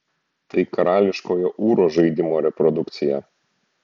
tai karališkojo ūro žaidimo reprodukcija